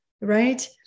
right